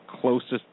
closest